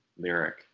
lyric